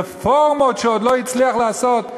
רפורמות שהוא עוד לא הצליח לעשות.